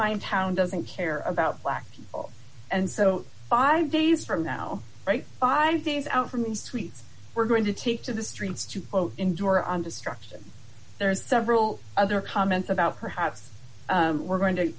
own town doesn't care about black people and so five days from now right five days out from these tweets we're going to take to the streets to quote endure on destruction there's several other comments about perhaps we're going to